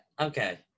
okay